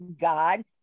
God